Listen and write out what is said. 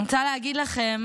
רוצה להגיד לכם